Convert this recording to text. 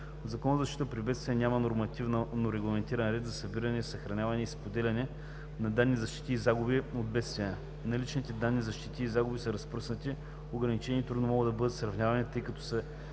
В Закона за защита при бедствия няма нормативно регламентиран ред за събиране, съхраняване и споделяне на данни за щетите и загубите от бедствия. Наличните данни за щети и загуби са разпръснати, ограничени и трудно могат да бъдат сравнявани, тъй като се